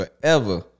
forever